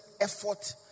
effort